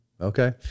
Okay